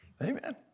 Amen